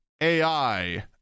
AI